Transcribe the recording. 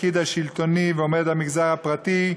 הפקיד השלטוני והעובד במגזר הפרטי,